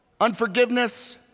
unforgiveness